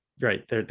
Right